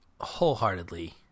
wholeheartedly